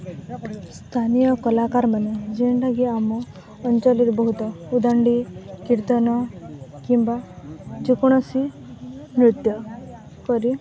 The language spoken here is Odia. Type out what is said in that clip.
ସ୍ଥାନୀୟ କଳାକାରମାନେେ ଯେଉଁଟାକି ଆମ ଅଞ୍ଚଳରେ ବହୁତ ଉଦାଣ୍ଡି କୀର୍ତ୍ତନ କିମ୍ବା ଯେକୌଣସି ନୃତ୍ୟ କରି